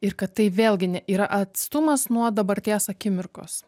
ir kad tai vėlgi yra atstumas nuo dabarties akimirkos